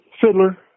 Fiddler